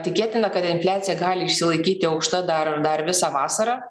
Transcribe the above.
tikėtina kad infliacija gali išsilaikyti aukšta dar dar visą vasarą